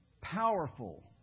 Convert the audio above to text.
powerful